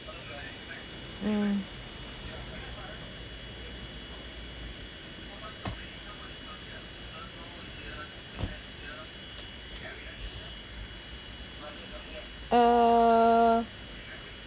mm err